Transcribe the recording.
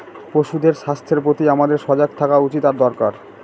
পশুদের স্বাস্থ্যের প্রতি আমাদের সজাগ থাকা উচিত আর দরকার